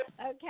Okay